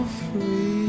free